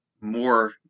more